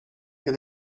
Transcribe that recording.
that